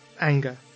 anger